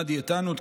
תזונה דיאטנות,